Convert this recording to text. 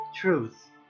truth